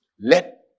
Let